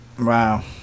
wow